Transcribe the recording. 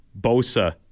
Bosa